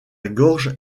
gorge